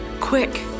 Quick